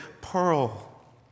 pearl